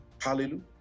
hallelujah